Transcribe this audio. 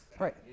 Right